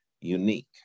unique